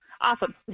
Awesome